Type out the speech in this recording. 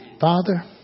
Father